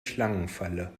schlangenfalle